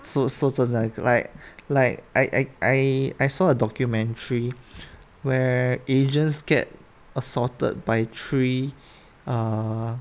so so like like like I I I I saw a documentary where asians get assaulted by three err